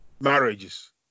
marriages